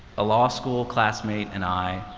a law school classmate and i,